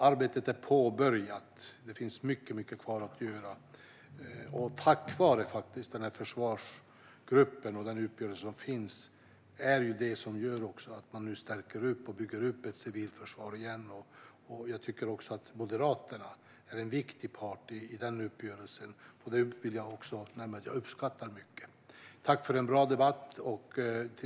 Arbetet är påbörjat, men det finns mycket kvar att göra. Tack vare uppgörelsen i försvarsgruppen kan man nu stärka och bygga upp ett civilförsvar igen. Jag tycker också att Moderaterna är en viktig part i uppgörelsen. Det uppskattar jag mycket. Tack för en bra debatt!